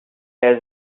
there